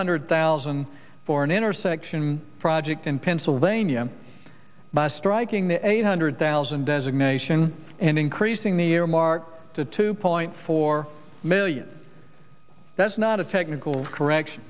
hundred thousand for an intersection project in pennsylvania by striking the eight hundred thousand designation and increasing the earmark to two point four million that's not a technical correction